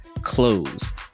closed